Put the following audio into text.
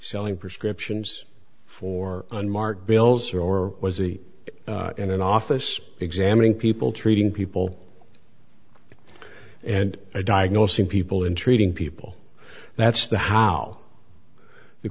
selling prescriptions for unmarked bills or was he in an office examining people treating people and diagnosing people in treating people that's the how the